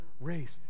race